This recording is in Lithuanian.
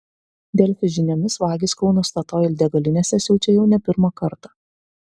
delfi žiniomis vagys kauno statoil degalinėse siaučia jau ne pirmą kartą